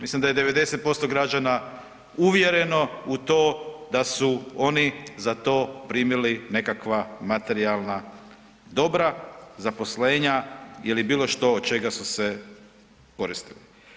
Mislim da je 90% građana uvjereno u to da su oni za to primili nekakva materijalna dobra, zaposlenja ili bilo što od čega su se okoristili.